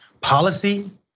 Policy